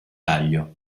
taglio